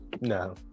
no